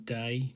day